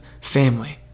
family